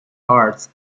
arts